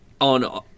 on